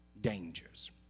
dangers